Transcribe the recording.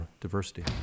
diversity